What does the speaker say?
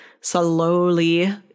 slowly